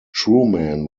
truman